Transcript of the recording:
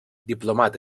diplomat